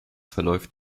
verläuft